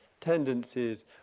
tendencies